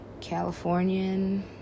californian